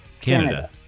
Canada